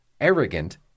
arrogant